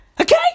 Okay